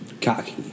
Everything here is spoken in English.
Cocky